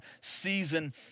season